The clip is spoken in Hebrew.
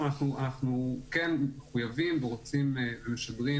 אנחנו כן מחויבים ורוצים ומשדרים